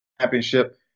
championship